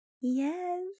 Yes